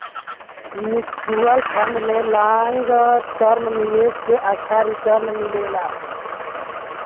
mutual fund में long term निवेश पे अच्छा रीटर्न मिलला